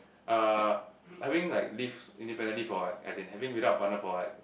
uh having like lives independently for like as in having without a partner for like